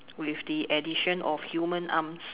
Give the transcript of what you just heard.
with the addition of human arms